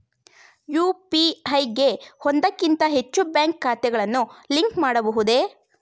UPI ಗೆ ಒಂದಕ್ಕಿಂತ ಹೆಚ್ಚು ಬ್ಯಾಂಕ್ ಖಾತೆಗಳನ್ನು ಲಿಂಕ್ ಮಾಡಬಹುದೇ?